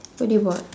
what did you bought